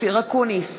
אופיר אקוניס,